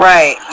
Right